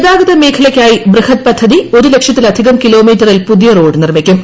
ഗതാഗത മേബ്രല്യ്ക്കായി ബൃഹദ് പദ്ധതി ഒരു ലക്ഷത്തിലധിക്കം കിലോമീറ്ററിൽ പുതിയ റോഡ് നിർമ്മിക്കും